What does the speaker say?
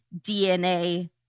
DNA